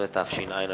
17), התש"ע 2010,